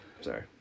sorry